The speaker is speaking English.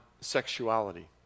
sexuality